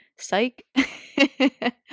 psych